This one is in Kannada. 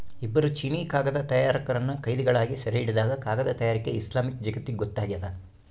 ಇಬ್ಬರು ಚೀನೀಕಾಗದ ತಯಾರಕರನ್ನು ಕೈದಿಗಳಾಗಿ ಸೆರೆಹಿಡಿದಾಗ ಕಾಗದ ತಯಾರಿಕೆ ಇಸ್ಲಾಮಿಕ್ ಜಗತ್ತಿಗೊತ್ತಾಗ್ಯದ